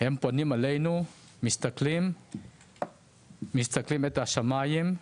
הם פונים אלינו, מסתכלים את השמיים,